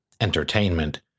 entertainment